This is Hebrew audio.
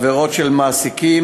עבירות של מעסיקים,